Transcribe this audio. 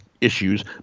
issues